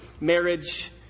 marriage